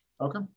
okay